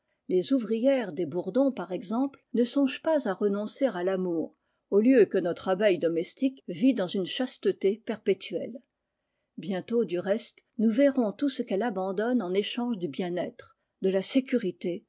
les ouvrières des bourdons par exemple ne songent pas à renoncer à famour au lieu que notre abeille domestique vit dans une chasteté perpétuelle bientôt du reste nous verrons tout ce qu'elle abandonne en échange du bien-être de la sécurite